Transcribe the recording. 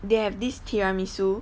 they have this tiramisu